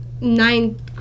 nine